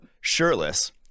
shirtless